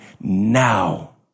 now